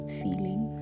feeling